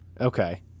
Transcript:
Okay